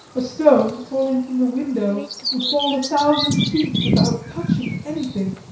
a stone falling from the window would fall a thousand feet without touching anything!